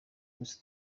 twese